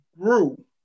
grew